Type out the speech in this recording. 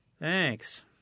Thanks